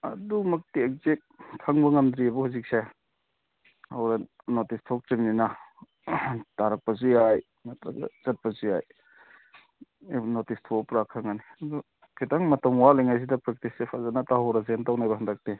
ꯑꯗꯨꯃꯛꯇꯤ ꯑꯦꯛꯖꯦꯛ ꯈꯪꯕ ꯉꯝꯗ꯭ꯔꯤꯌꯦꯕ ꯍꯧꯖꯤꯛꯁꯦ ꯍꯣꯔꯦꯟ ꯅꯣꯇꯤꯁ ꯊꯣꯛꯇ꯭ꯔꯤꯕꯅꯤꯅ ꯇꯥꯔꯛꯄꯁꯨ ꯌꯥꯏ ꯅꯠꯇ꯭ꯔꯒ ꯆꯠꯄꯁꯨ ꯌꯥꯏ ꯎꯝ ꯅꯣꯇꯤꯁ ꯊꯣꯛꯂꯒ ꯈꯪꯉꯅꯤ ꯑꯗꯨ ꯈꯤꯇꯪ ꯃꯇꯝ ꯋꯥꯠꯂꯤꯉꯩꯁꯤꯗ ꯄ꯭ꯔꯥꯛꯇꯤꯁꯁꯦ ꯐꯖꯅ ꯇꯧꯍꯧꯔꯁꯦꯅ ꯇꯧꯕꯅꯦꯕ ꯍꯟꯗꯛꯇꯤ